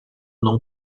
não